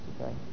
okay